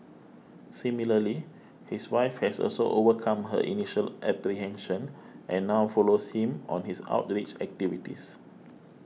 similarly his wife has also overcome her initial apprehension and now follows him on his outreach activities